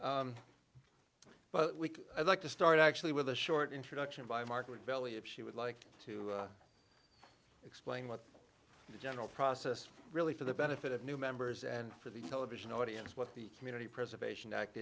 hope but we i'd like to start actually with a short introduction by market valley if she would like to explain what the general process really for the benefit of new members and for the television audience what the community preservation act